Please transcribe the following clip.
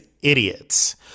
idiots